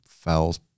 fouls